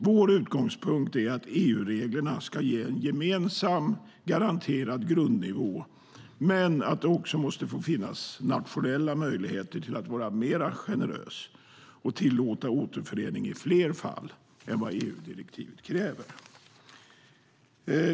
Vår utgångspunkt är att EU-reglerna ska ge en gemensam garanterad grundnivå men att det också måste få finnas nationella möjligheter att vara mer generös och tillåta återförening i fler fall än vad EU-direktivet kräver.